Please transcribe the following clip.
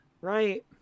right